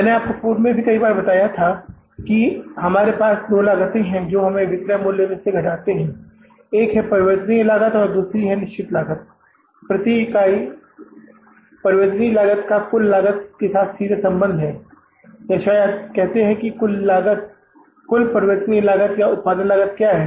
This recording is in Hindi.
मैंने आपको पूर्व में भी कई बार बताया था कि हमारे पास दो लागतें हैं जो हम विक्रय मूल्य से घटाते हैं एक है परिवर्तनीय लागत दूसरी निश्चित लागत है प्रति इकाई सही परिवर्तनीय लागत का कुल लागत के साथ सीधा संबंध है या शायद कहते हैं कि कुल परिवर्तनीय लागत या उत्पादन लागत क्या है